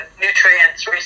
nutrients